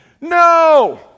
No